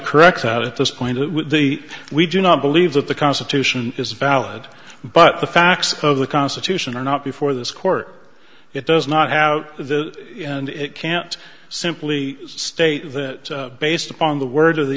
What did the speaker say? correct that at this point the we do not believe that the constitution is valid but the facts of the constitution are not before this court it does not have the and it can't simply state that based upon the word of the